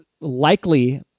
likely